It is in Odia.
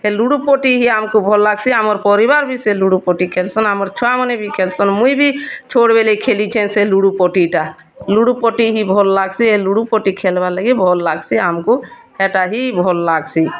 ହେ ଲୁଡ଼ୁ ପଟି ହି ଆମ୍କୁ ଭଲ୍ ଲାଗ୍ସି ଆମର୍ ପରିବାର୍ ଭି ସେ ଲୁଡ଼ୁ ପଟି ଖେଲ୍ସନ୍ ଆମର୍ ଛୁଆମାନେ ଭି ଖେଲ୍ସନ୍ ମୁଇଁ ଭି ଛୋଟ୍ବେଲେ ଖେଲିଛେଁ ସେ ଲୁଡ଼ୁ ପଟିଟା ଲୁଡ଼ୁ ପଟି ହିଁ ଭଲ୍ ଲାଗ୍ସି ଏଇ ଲୁଡ଼ୁ ପଟି ଖେଲ୍ବାର୍ ଲାଗି ଭଲ୍ ଲାଗ୍ସି ଆମ୍କୁ ହେଟା ହି ଭଲ୍ ଲାଗ୍ସି